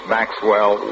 Maxwell